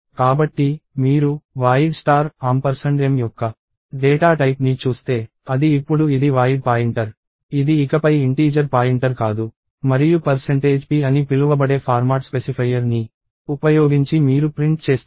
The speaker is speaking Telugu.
కాబట్టి మీరు void m యొక్క డేటా టైప్ ని చూస్తే అది ఇప్పుడు ఇది వాయిడ్ పాయింటర్ ఇది ఇకపై ఇంటీజర్ పాయింటర్ కాదు మరియు p అని పిలువబడే ఫార్మాట్ స్పెసిఫైయర్ని ఉపయోగించి మీరు ప్రింట్ చేస్తున్నారు